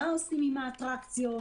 מה עושים עם האטרקציות,